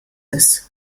ist